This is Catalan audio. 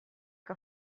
que